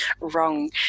wrong